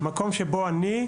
למקום שבו אני,